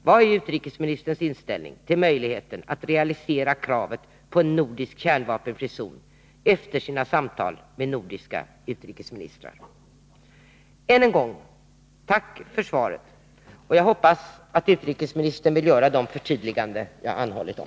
Vad är utrikesministerns inställning till möjligheten att realisera kravet på en nordisk kärnvapenfri zon efter sina samtal med de nordiska utrikesministrarna? Än en gång tack för svaret, och jag hoppas att utrikesministern vill göra de förtydliganden jag anhållit om.